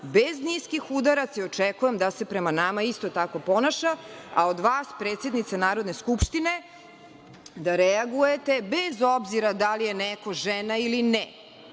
bez niskih udaraca i očekujem da se prema nama isto tako ponaša i od vas, predsednice Narodne skupštine, da reagujete, bez obzira da li je neko žena ili ne.